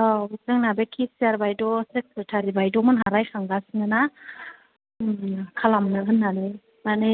औ जोंना बे केसियार बाइद' सेक्रेटारि बाइद'मोनहा रायखांगासिनो ना खालामनो होननानै माने